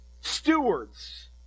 stewards